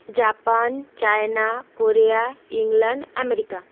Japan China Korea England America